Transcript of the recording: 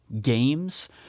games